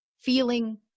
feeling